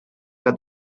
que